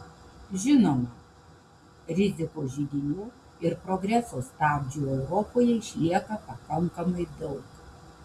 žinoma rizikos židinių ir progreso stabdžių europoje išlieka pakankamai daug